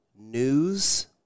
News